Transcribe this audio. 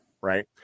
Right